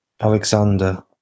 Alexander